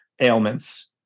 ailments